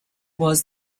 was